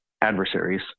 adversaries